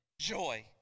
joy